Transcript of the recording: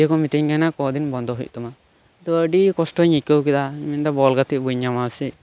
ᱫᱤᱭᱮ ᱠᱚ ᱢᱤᱛᱟᱹᱧ ᱠᱟᱱᱟ ᱠᱚ ᱫᱤᱱ ᱵᱚᱱᱫᱚ ᱦᱩᱭᱩᱜ ᱛᱟᱢᱟ ᱛᱚ ᱟᱹᱰᱤ ᱠᱚᱥᱴᱚᱧ ᱟᱹᱭᱠᱟᱹᱣ ᱠᱮᱫᱟ ᱟᱫᱚ ᱵᱚᱞ ᱜᱟᱛᱮᱜ ᱵᱟᱹᱧ ᱧᱟᱢᱟ ᱥᱮ